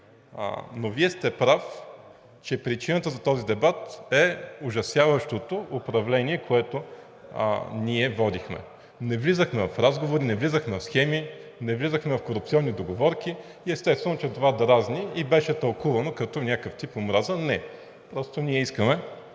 Вие сте прав, че причината за този дебат е ужасяващото управление, което ние водихме – не влизахме в разговори, не влизахме в схеми, не влизахме в корупционни договорки и естествено, че това дразни и беше тълкувано като някакъв тип омраза. Не, просто ние искаме